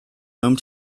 home